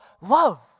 love